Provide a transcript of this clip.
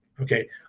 Okay